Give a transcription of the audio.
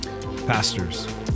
Pastors